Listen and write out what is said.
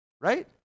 Right